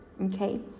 okay